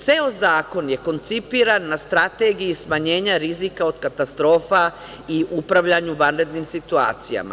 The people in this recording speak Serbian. Ceo zakon je koncipiran na strategiji smanjenja rizika od katastrofa i upravljanju vanrednim situacijama.